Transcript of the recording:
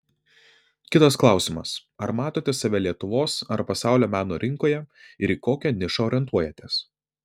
kitas klausimas ar matote save lietuvos ar pasaulio meno rinkoje ir į kokią nišą orientuojatės